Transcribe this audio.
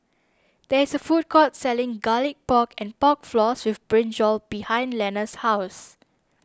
there is a food court selling Garlic Pork and Pork Floss with Brinjal behind Lenna's house